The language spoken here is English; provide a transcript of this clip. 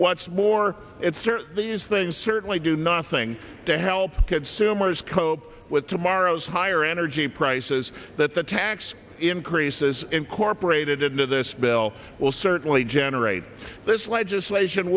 what's more it's are these things certainly do nothing to help consumers cope with tomorrow's higher energy prices that the tax increases incorporated into this bill will certainly generate this legislation